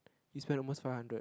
we spent almost five hundred